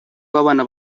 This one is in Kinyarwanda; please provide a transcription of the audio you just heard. w’abana